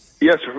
Yes